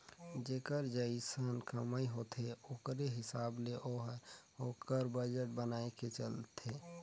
जेकर जइसन कमई होथे ओकरे हिसाब ले ओहर ओकर बजट बनाए के चलथे